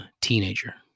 teenager